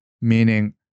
Meaning